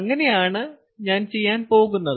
അതുതന്നെയാണ് ഞാൻ ചെയ്യാൻ പോകുന്നത്